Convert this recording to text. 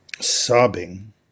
sobbing